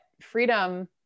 freedom